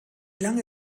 lange